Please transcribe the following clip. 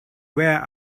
wear